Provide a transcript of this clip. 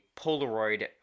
Polaroid